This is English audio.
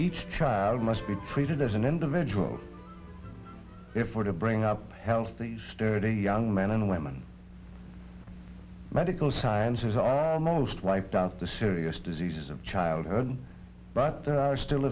each child must be treated as an individual if we're to bring up healthy sturdy young men and women medical science is our most wiped out the serious diseases of childhood but there are still